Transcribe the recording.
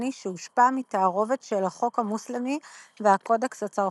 עות'מאני שהושפע מתערובת של החוק המוסלמי והקודקס הצרפתי.